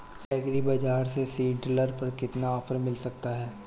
Agree bazaar से seed drill पर कितना ऑफर मिल सकता है?